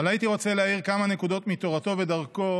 אבל הייתי רוצה להאיר כמה נקודות מתורתו ומדרכו